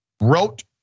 wrote